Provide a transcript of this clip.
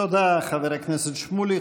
תודה, חבר הכנסת שמולי.